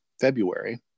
February